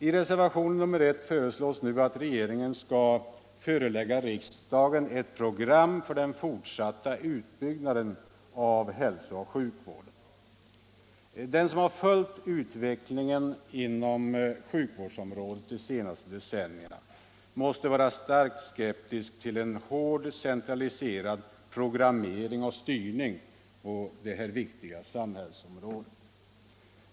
I reservationen 1 föreslås nu att regeringen skall förelägga riksdagen ett program för den fortsatta utbyggnaden av hälsooch sjukvården. Den som har följt utvecklingen inom sjukvårdsområdet de senaste decennierna måste vara starkt skeptisk till en hårt centraliserad programmering och styrning på det här viktiga samhällsområdet.